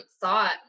thought